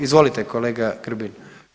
Izvolite kolega Grbin.